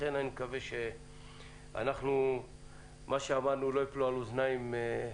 לכן אני מקווה שמה שאמרנו לא ייפול על אוזניים ערלות.